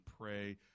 pray